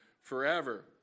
forever